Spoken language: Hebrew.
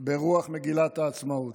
ברוח מגילת העצמאות.